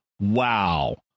wow